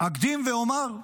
אקדים ואומר: